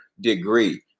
degree